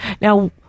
Now